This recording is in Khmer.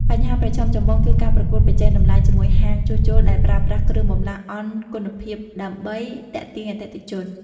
បញ្ហាប្រឈមចម្បងគឺការប្រកួតប្រជែងតម្លៃជាមួយហាងជួសជុលដែលប្រើប្រាស់គ្រឿងបន្លាស់អន់គុណភាពដើម្បីទាក់ទាញអតិថិជន។